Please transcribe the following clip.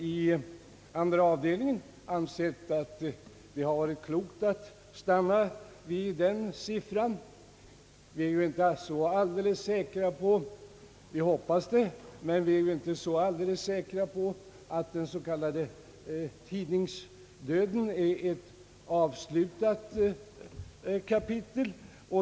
I andra avdelningen har vi ansett det klokt att stanna vid den sistnämnda siffran. Vi hoppas, men är inte säkra på, att den s.k. tidningsdöden är ett avslutat kapitel.